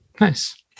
Nice